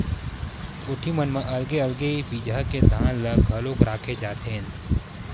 कोठी मन म अलगे अलगे बिजहा के धान ल घलोक राखे जाथेन